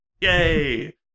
Yay